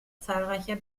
zahlreicher